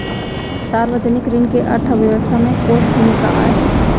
सार्वजनिक ऋण के अर्थव्यवस्था में कोस भूमिका आय?